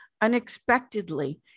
unexpectedly